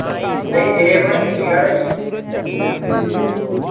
ਨਹੀਂ ਇਹ ਆਪਣਾ ਚੰਡੀਗੜ੍ਹ ਹੈ ਜੀ